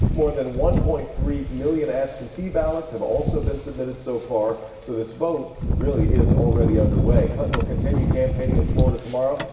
more than one point three million absentee ballots have been submitted so far. so this vote really is already under way. clinton will continue campaigning in florida tomorrow.